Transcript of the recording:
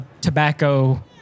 tobacco